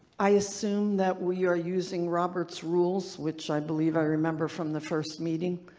i assume that we are using robert's rules, which i believe i remember from the first meeting.